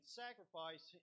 sacrifice